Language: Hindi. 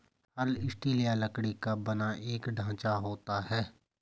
हल स्टील या लकड़ी का बना एक ढांचा होता है